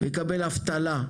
הוא יקבל אבטלה,